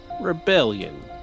Rebellion